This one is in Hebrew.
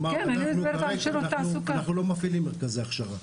אנחנו לא מפעילים מרכזי הכשרה,